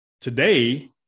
today